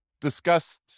discussed